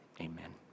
amen